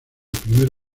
primer